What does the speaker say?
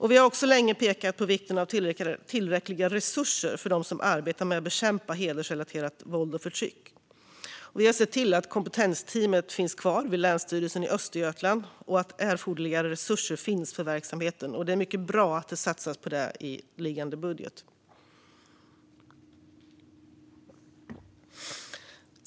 Vi har också länge pekat på vikten av tillräckliga resurser för dem som arbetar med att bekämpa hedersrelaterat våld och förtryck. Vi har sett till att kompetensteamet finns kvar vid Länsstyrelsen i Östergötland och att erforderliga resurser finns för verksamheten. Det är mycket bra att det satsas på det i föreliggande budget.